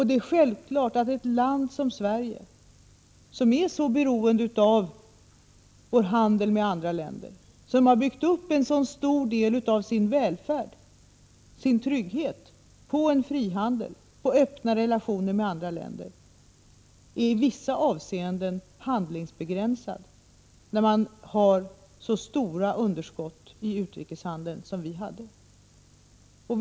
Det är självklart att ett land som Sverige, som är så beroende av handeln med andra länder och som har byggt upp en så stor del av sin välfärd, sin trygghet, på en frihandel, på öppna relationer med andra länder, i vissa avseenden är handlingsbegränsat med tanke på de stora underskott i utrikeshandeln som vi tidigare hade.